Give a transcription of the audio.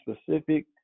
specific